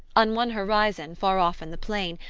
on one horizon, far off in the plain,